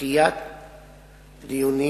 דחיית דיונים,